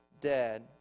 dead